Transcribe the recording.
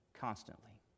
constantly